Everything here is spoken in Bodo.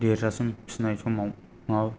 देरजासिम फिसिनाय समाव